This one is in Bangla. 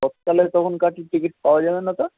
তৎকালে তখন কাটি টিকিট পাওয়া যাবে না ওটা